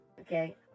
Okay